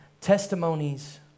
Testimonies